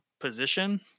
position